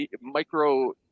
micro